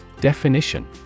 definition